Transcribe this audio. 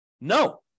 No